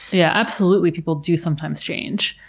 yeah, absolutely people do sometimes change.